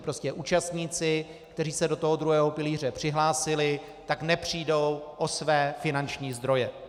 Prostě účastníci, kteří se do druhého pilíře přihlásili, nepřijdou o své finanční zdroje.